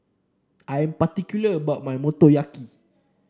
I am particular about my Motoyaki